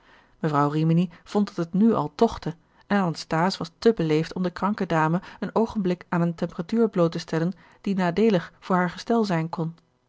mevrouw rimini vond dat het nu al tochtte en anasthase was te beleefd om de kranke dame een oogenblik aan eene temperatuur bloot te stellen die nadeelig voor haar gestel zijn kon